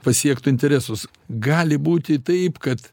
pasiektų interesus gali būti taip kad